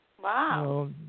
Wow